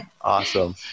Awesome